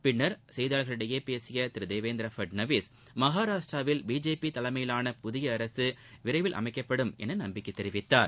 பின்னர் செய்தியாளர்களிடம் பேசிய திரு தேவேந்திர பட்னாவிஸ் மகாராஷ்டிராவில் பிஜேபி தலைமையிலான புதிய அரசு விரைவில் அமைக்கப்படும் என நம்பிக்கை தெரிவித்தார்